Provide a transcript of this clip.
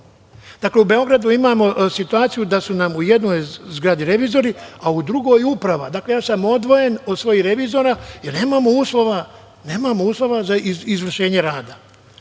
Nemamo. U Beogradu imamo situaciju da su nam u jednoj zgradi revizori, a u drugoj uprava. Ja sam odvojen od svojih revizora i nemamo uslova za izvršenje rada.